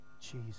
Jesus